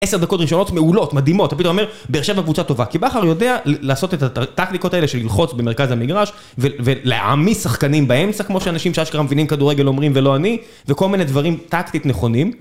עשר דקות ראשונות מעולות, מדהימות, אתה פתאום אומר, באר שבע קבוצה טובה, כי בכר יודע לעשות את הטקטיקות האלה של ללחוץ במרכז המגרש, ולהעמיס שחקנים באמצע, כמו שאנשים שאשכרה מבינים כדורגל אומרים ולא אני, וכל מיני דברים טקטית נכונים.